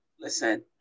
listen